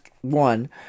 one